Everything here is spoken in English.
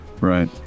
Right